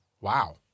Wow